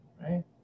right